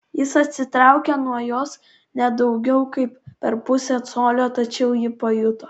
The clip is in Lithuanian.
jis atsitraukė nuo jos ne daugiau kaip per pusę colio tačiau ji pajuto